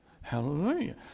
Hallelujah